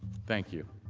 thank you.